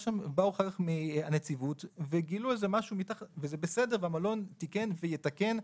כך באו מהנציבות וגילו משהו וזה בסדר והמלון תיקן ויתקן.